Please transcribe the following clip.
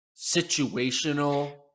situational